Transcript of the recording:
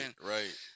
Right